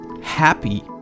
happy